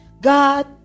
God